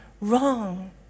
wrong